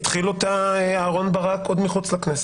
התחיל אותה אהרון ברק עוד מחוץ לכנסת.